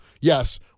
Yes